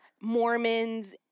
Mormons